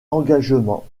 engagement